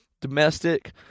domestic